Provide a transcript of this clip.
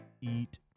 eat